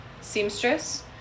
seamstress